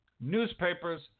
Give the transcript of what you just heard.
newspapers